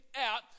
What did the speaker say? out